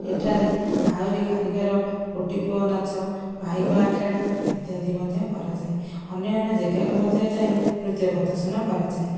ଏଠାରେ ଆହୁରି କାରିଗର ଗୋଟିପୁଅ ନାଚ ପାଇକ ଆଖଡ଼ା ଇତ୍ୟାଦି ମଧ୍ୟ କରାଯାଏ ଅନ୍ୟାନ୍ୟ ଜାଗାକୁ ମଧ୍ୟ ଯାଇ ନୃତ୍ୟ ପ୍ରଦର୍ଶନ କରାଯାଏ